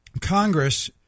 Congress